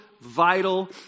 vital